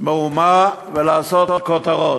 מהומה ולעשות כותרות.